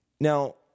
Now